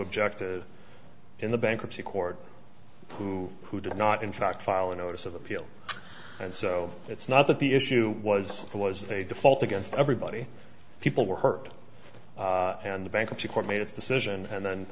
objected in the bankruptcy court who who did not in fact file a notice of appeal and so it's not that the issue was there was a default against everybody people were hurt and the bankruptcy court made its decision and then